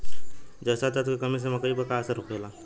जस्ता तत्व के कमी से मकई पर का असर होखेला?